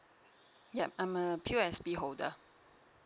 yup I'm a P_O_S_B holder